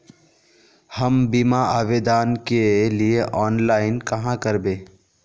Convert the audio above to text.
हम बीमा आवेदान के लिए ऑनलाइन कहाँ करबे?